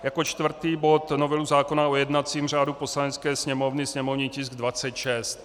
Jako čtvrtý bod novelu zákona o jednacím řádu Poslanecké sněmovny, sněmovní tisk 26.